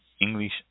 English